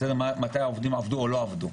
מתי העובדים עבדו או לא עבדו,